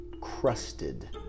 crusted